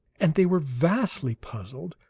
and they were vastly puzzled,